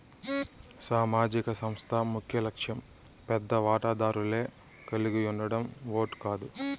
సామాజిక సంస్థ ముఖ్యలక్ష్యం పెద్ద వాటాదారులే కలిగుండడం ఓట్ కాదు